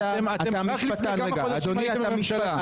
לפני כמה חודשים הייתם בממשלה.